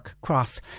Cross